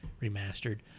remastered